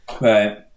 right